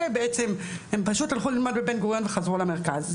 בעצם הם פשוט הלכו ללמוד בבן גוריון וחזרו למרכז,